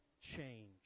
change